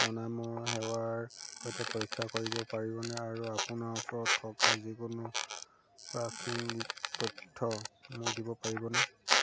অনাময় সেৱাৰ সৈতে পৰীক্ষা কৰিব পাৰিবনে আৰু আপোনাৰ ওচৰত থকা যিকোনো প্ৰাসংগিক তথ্য মোক দিব পাৰিবনে